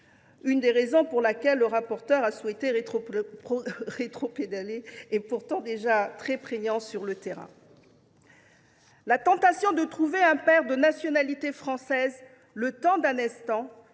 l’une des raisons pour lesquelles le rapporteur a souhaité rétropédaler est pourtant déjà très prégnante sur le terrain. Ainsi, le recours à un père de nationalité française le temps d’un instant,